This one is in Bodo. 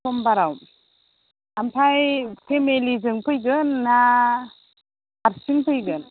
समबाराव आमफाय फेमेलिजों फैगोनना हारसिं फैगोन